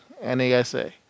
N-A-S-A